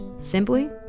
simply